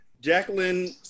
Jacqueline